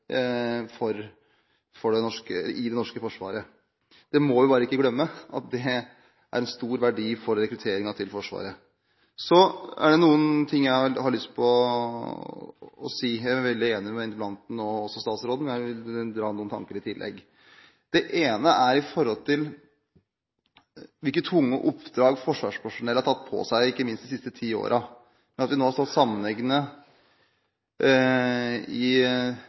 Forsvaret. Så er det noe jeg har lyst til å si – jeg er veldig enig med interpellanten og også statsråden, men jeg har lyst til å dra noen tanker i tillegg. Det ene gjelder tunge oppdrag forsvarspersonell har tatt på seg, ikke minst de siste ti årene. Vi har nå stått sammenhengende i kamplignende situasjoner i ti år – ikke minst gjelder det Hæren. Det har vært store krav for dem som har vært i